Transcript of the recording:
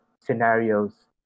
scenarios